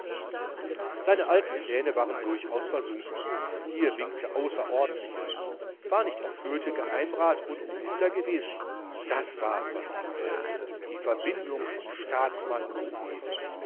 seine alten pläne waren durchaus versunken hier winkte außerordentliches war nicht auch goethe geheimrat und minister gewesen das wars was winkte die verbindung von staatsmann und poet